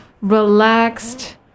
relaxed